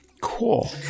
cool